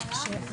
הישיבה